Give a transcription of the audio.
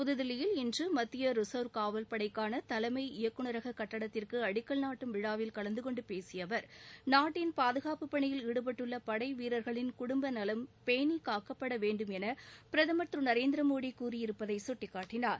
புத்தில்லியில் இன்று மத்திய ரிசர்வ் காவல்படைக்கான தலைமை இயக்குநரக கட்டடத்திற்கு அடிக்கல் நாட்டும் விழாவில் கலந்துகொண்டு பேசிய அவர் நாட்டின் பாதுகாப்புப்பனியில் ஈடுபட்டுள்ள படை வீரர்களின் குடும்பத்தினரின் நலம் பேணி காக்கப்படவேண்டும் என பிரதமர் தமிரு நரேந்திரமோடி கூறியிருப்பதை சுட்டிக்காட்டினார்